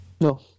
No